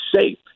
safe